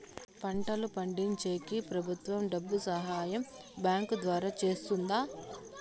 పంటలు పండించేకి ప్రభుత్వం డబ్బు సహాయం బ్యాంకు ద్వారా చేస్తుందా?